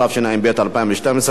התשע"ב 2012,